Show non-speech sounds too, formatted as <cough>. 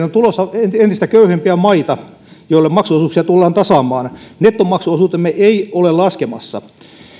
<unintelligible> on tulossa entistä köyhempiä maita joille maksuosuuksia tullaan tasaamaan nettomaksuosuutemme ei ole laskemassa